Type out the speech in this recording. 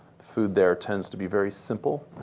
food there tends to be very simple.